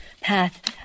path